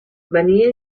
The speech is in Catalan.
venia